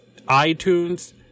iTunes